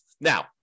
Now